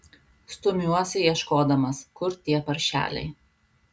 stumiuosi ieškodamas kur tie paršeliai